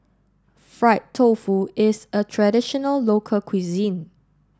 Fried Tofu is a traditional local cuisine